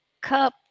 cup